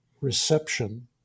reception